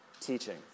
teaching